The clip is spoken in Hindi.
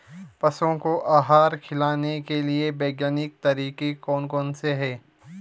पशुओं को आहार खिलाने के लिए वैज्ञानिक तरीके कौन कौन से हैं?